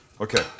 Okay